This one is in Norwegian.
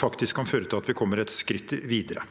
faktisk kan føre til at vi kommer et skritt videre.